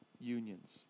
unions